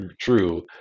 true